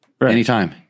anytime